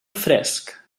fresc